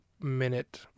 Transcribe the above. minute